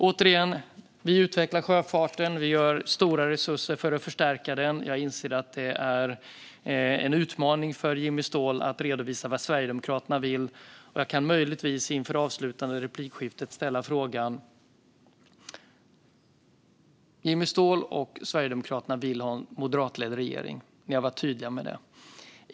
Återigen: Vi utvecklar sjöfarten. Vi satsar stora resurser på att förstärka den. Jag inser att det är en utmaning för Jimmy Ståhl att redovisa vad Sverigedemokraterna vill. Jag kan möjligtvis, inför de avslutande anförandena, ställa en fråga. Jimmy Ståhl och Sverigedemokraterna vill ha en moderatledd regering. Ni har varit tydliga med detta.